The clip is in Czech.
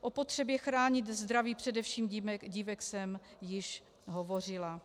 O potřebě chránit zdraví především dívek jsem již hovořila.